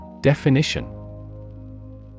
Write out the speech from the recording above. Definition